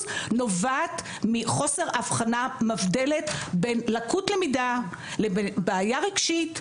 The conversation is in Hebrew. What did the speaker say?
נובעת מחוסר האבחנה מבדלת בין לקות למידה לבין בעיה רגשית,